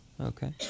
Okay